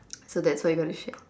so that's what you got to share